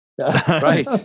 Right